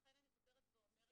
לכן אני חוזרת ואומרת